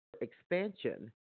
expansion